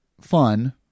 fun